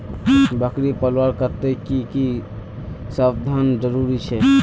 बकरी पलवार केते की की साधन जरूरी छे?